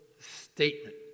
statement